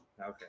Okay